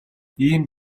ийм